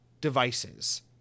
devices